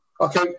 Okay